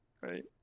right